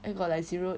then got like zero